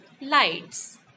lights